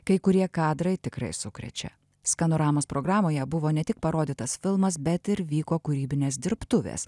kai kurie kadrai tikrai sukrečia skanoramos programoje buvo ne tik parodytas filmas bet ir vyko kūrybinės dirbtuvės